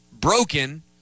broken